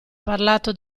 parlato